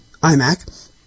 iMac